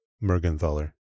Mergenthaler